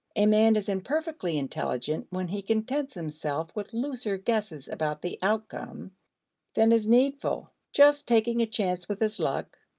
a man is imperfectly intelligent when he contents himself with looser guesses about the outcome than is needful, just taking a chance with his luck,